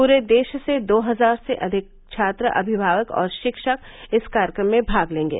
पूरे देश से दो हजार से अधिक छात्र अमिमावक और शिक्षक इस कार्यक्रम में भाग लेंगे